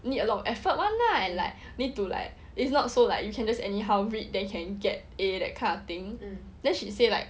you need a lot of effort [one] lah and like need to like it's not so like you can just anyhow read then you can get A that kind of thing then she say like